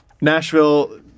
Nashville